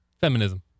Feminism